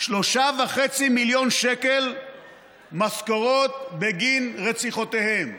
3.5 מיליון שקל משכורות בגין רציחותיהם,